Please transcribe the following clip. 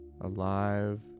alive